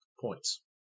points